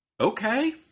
Okay